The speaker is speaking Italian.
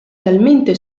talmente